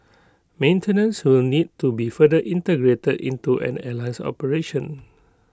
maintenance will need to be further integrated into an airline's operation